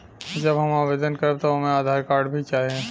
जब हम आवेदन करब त ओमे आधार कार्ड भी चाही?